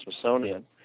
Smithsonian